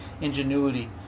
ingenuity